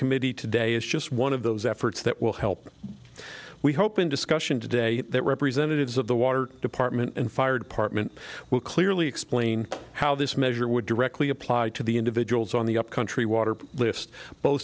committee today is just one of those efforts that will help we hope in discussion today that representatives of the water department and fire department will clearly explain how this measure would directly apply to the individuals on the upcountry water list both